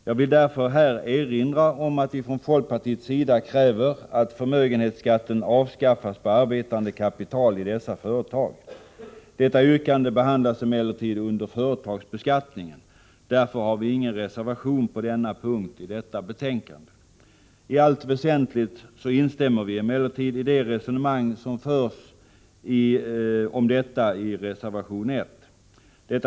Jag vill därför här erinra om att vi från folkpartiets sida kräver att förmögenhetsskatten avskaffas på arbetande kapital i dessa företag. Detta yrkande behandlas emellertid i samband med företagsbeskattningen. Därför har vi ingen reservation på den punkten i detta betänkande. I allt väsentligt instämmer vi emellertid i det resonemang som förs härom i reservation 1.